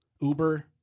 Uber